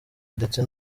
ndetse